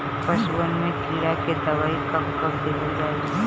पशुअन मैं कीड़ा के दवाई कब कब दिहल जाई?